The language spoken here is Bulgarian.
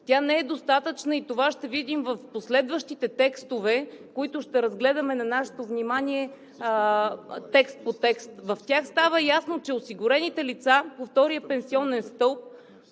Тя не е достатъчна и това ще видим в последващите текстове, които ще разгледаме текст по текст. В тях става ясно, че осигурените лица по втория пенсионен стълб